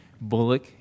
Bullock